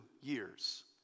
years